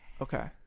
Okay